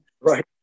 Right